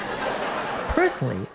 Personally